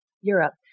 Europe